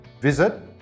Visit